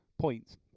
points